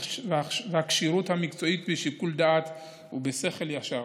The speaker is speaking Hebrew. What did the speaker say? והכשירות המקצועית בשיקול דעת ובשכל ישר.